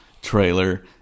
trailer